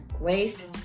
Waste